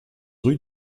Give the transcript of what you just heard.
rue